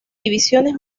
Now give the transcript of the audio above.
divisiones